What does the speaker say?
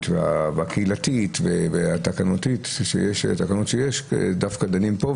והקהילתית והתקנות שדנים דווקא פה,